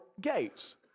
gates